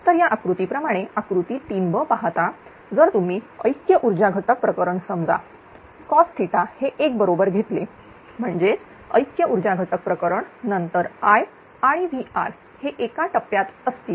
तर या कृती प्रमाणे आकृती 3b पाहता जर तुम्ही ऐक्य ऊर्जा घटक प्रकरण समजा cosहे 1 बरोबर घेतलेम्हणजेच ऐक्य ऊर्जा घटक प्रकरण नंतर I आणि VR हे एका टप्प्यात असतील